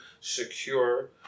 secure